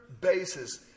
basis